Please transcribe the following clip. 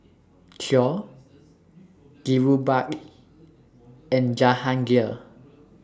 Choor Dhirubhai and Jahangir